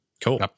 cool